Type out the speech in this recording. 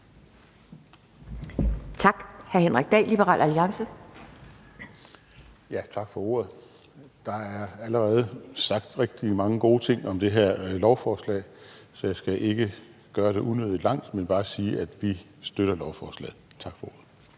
(Ordfører) Henrik Dahl (LA): Tak for ordet. Der er allerede sagt rigtig mange gode ting om det her lovforslag, så jeg skal ikke gøre det unødigt langt, men bare sige, at vi støtter lovforslaget. Tak for ordet.